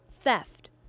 theft